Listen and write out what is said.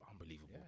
unbelievable